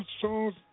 songs